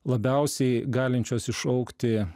labiausiai galinčios iššaukti